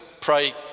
pray